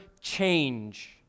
change